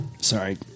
Sorry